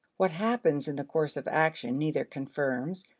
what happens in the course of action neither confirms,